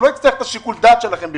הוא לא יצטרך את שיקול הדעת שלכם.